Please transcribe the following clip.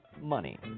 Money